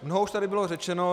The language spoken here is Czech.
Mnoho už tady bylo řečeno.